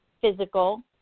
physical